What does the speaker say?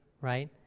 right